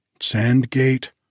Sandgate